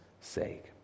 sake